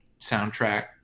soundtrack